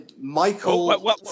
Michael